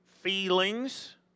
Feelings